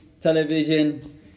television